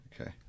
Okay